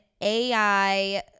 AI